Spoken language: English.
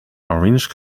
orange